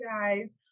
guys